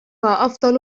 أفضل